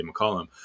McCollum